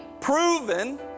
Proven